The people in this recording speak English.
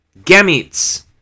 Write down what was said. gametes